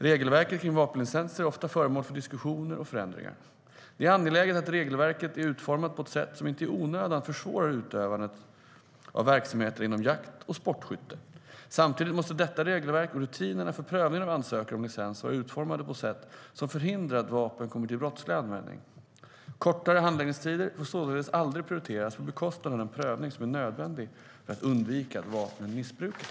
Regelverket kring vapenlicenser är ofta föremål för diskussioner och förändringar. Det är angeläget att regelverket är utformat på ett sätt som inte i onödan försvårar utövandet av verksamheterna inom jakt och sportskytte. Samtidigt måste detta regelverk och rutinerna för prövningen av ansökningar om licens vara utformade på sätt som förhindrar att vapen kommer till brottslig användning. Kortare handläggningstider får således aldrig prioriteras på bekostnad av den prövning som är nödvändig för att undvika att vapen missbrukas.